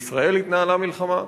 בישראל התנהלה מלחמה.